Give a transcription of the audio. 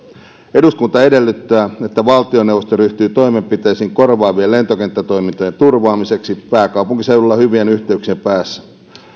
eduskunta edellyttää että valtioneuvosto ryhtyy toimenpiteisiin korvaavien lentokenttätoimintojen turvaamiseksi pääkaupunkiseudulla hyvien yhteyksien päässä